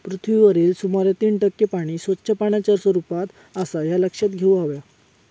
पृथ्वीवरील सुमारे तीन टक्के पाणी स्वच्छ पाण्याच्या स्वरूपात आसा ह्या लक्षात घेऊन हव्या